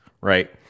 right